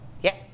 Yes